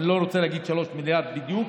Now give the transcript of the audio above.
אני לא רוצה להגיד 3 מיליארד בדיוק,